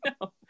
no